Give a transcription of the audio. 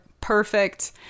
Perfect